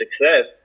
success